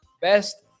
Best